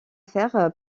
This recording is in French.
faire